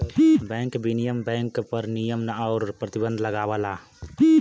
bank विनियमन bank पर नियम आउर प्रतिबंध लगावला